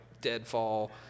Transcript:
deadfall